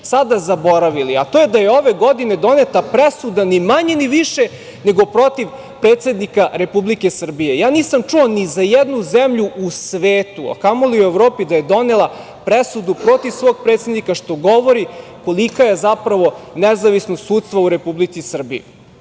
sada zaboravili, a to je da je ove godine doneta presuda, ni manje ni više nego protiv predsednika Republike Srbije. Ja nisam čuo ni za jednu zemlju u svetu, a kamoli u Evropi, da je donela presudu protiv svog predsednika, što govori kolika je zapravo nezavisnost sudstva u Republici Srbiji. Kada